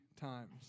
times